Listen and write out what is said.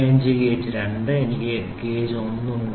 25 gauge 2 എനിക്ക് gauge 1 ഉണ്ട്